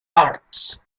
arts